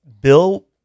Bill